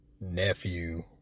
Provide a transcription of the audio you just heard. nephew